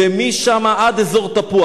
ומשם עד אזור תפוח,